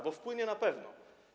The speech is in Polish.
Bo wpłynie na pewno.